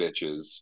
bitches